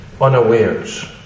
unawares